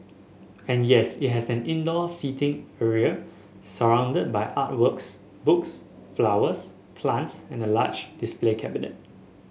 and yes it has an indoor seating area surrounded by art works books flowers plants and a large display cabinet